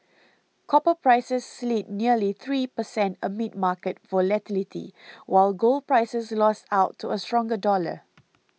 copper prices slid nearly three per cent amid market volatility while gold prices lost out to a stronger dollar